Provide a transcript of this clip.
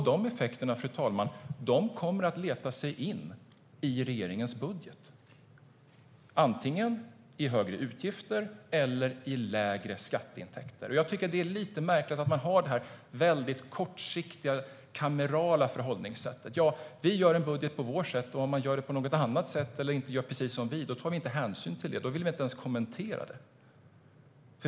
De effekterna, fru talman, kommer att leta sig in i regeringens budget, antingen i högre utgifter eller i lägre skatteintäkter. Det är lite märkligt att man har det kortsiktiga kamerala förhållningssätt, att man gör en budget på sitt sätt och om någon gör det på något annat sätt eller inte som man själv gör tar man inte hänsyn eller ens kommenterar det.